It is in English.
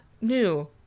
new